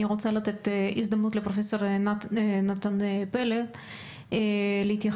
רוצה לתת הזדמנות לפרופ' נתן פלד להתייחס.